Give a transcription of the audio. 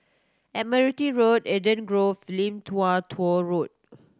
Admiralty Road Eden Grove Lim Tua Tow Road